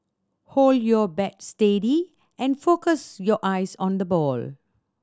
hold your bat steady and focus your eyes on the ball